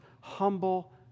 humble